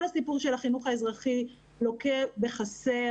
כל הסיפור של החינוך האזרחי לוקה בחסר,